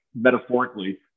metaphorically